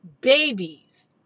babies